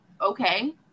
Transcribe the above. okay